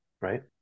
right